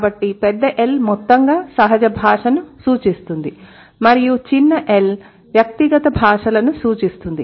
కాబట్టి పెద్ద L మొత్తంగా సహజ భాషను సూచిస్తుంది మరియు చిన్న l వ్యక్తిగత భాషలను సూచిస్తుంది